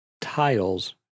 tiles